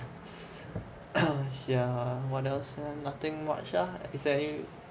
ya what else nothing much ah is~